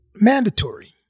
Mandatory